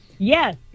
Yes